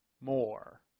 more